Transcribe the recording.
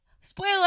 Spoiler